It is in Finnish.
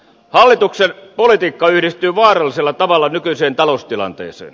hallituksen politiikka yhdistyy vaarallisella tavalla nykyiseen taloustilanteeseen